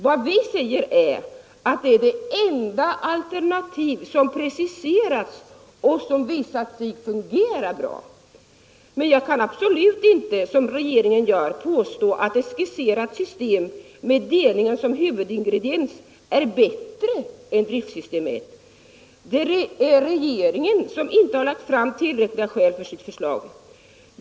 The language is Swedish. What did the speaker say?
Vad vi säger är att driftsystem 1 är det enda alternativ som preciserats och som visat sig fungera bra. Men jag kan absolut inte påstå, som regeringen gör, att ett skisserat system med delningen som huvudingrediens är bättre än driftsystem 1. Regeringen har inte lagt fram tillräckliga skäl för sitt förslag.